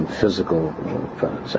physical